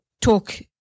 talk